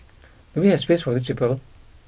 do we have space for these people